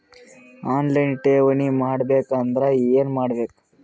On line ಠೇವಣಿ ಮಾಡಬೇಕು ಅಂದರ ಏನ ಮಾಡಬೇಕು?